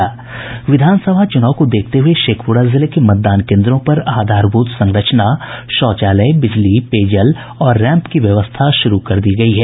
विधानसभा चुनाव को देखते हुए शेखपुरा जिले के मतदान कोन्द्रों पर आधारभूत संरचना शौचालय बिजली पेयजल और रैंप की व्यवस्था शुरू कर दी गयी है